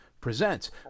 presents